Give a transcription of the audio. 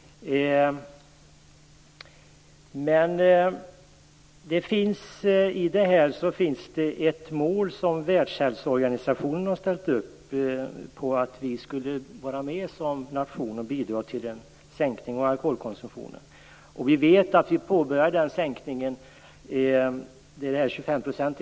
Det finns ett mål som Världshälsoorganisationen har ställt upp, där vi som nation skall vara med och bidra till sänkningen av alkoholkonsumtionen. Målet är att sänka totalkonsumtionen med 25 %.